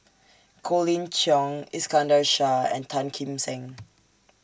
Colin Cheong Iskandar Shah and Tan Kim Seng